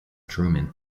truman